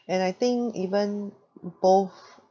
and I think even both